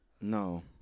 No